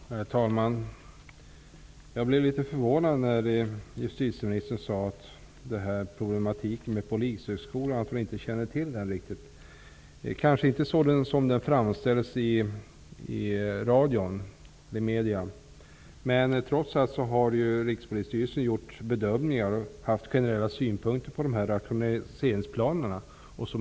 Herr talman! Jag blev något förvånad när justitieministern sade att hon inte känner till problematiken med Polishögskolan. Det kanske beror på det sätt den framställdes i mediernaa. Rikspolisstyrelsen har trots allt gjort bedömningar och haft generella synpunkter på de här rationaliseringsplanerna.